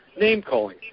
name-calling